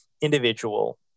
individual